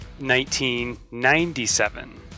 1997